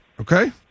Okay